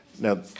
Now